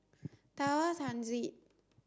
Tower Transit